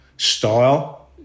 Style